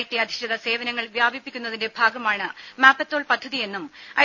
T അധിഷ്ഠിത സേവനങ്ങൾ വ്യാപിപ്പിക്കുന്നതിന്റെ ഭാഗമാണ് മാപ്പത്തോൾ പദ്ധതിയെന്നും ഐ